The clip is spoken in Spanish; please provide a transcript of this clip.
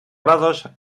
grados